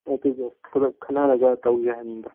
ꯑꯗꯨꯗꯣ ꯈꯔ ꯈꯟꯅꯔꯒ ꯇꯧꯁꯦ ꯍꯥꯏꯕꯅꯤꯗ